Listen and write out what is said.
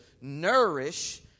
nourish